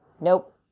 Nope